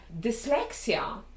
Dyslexia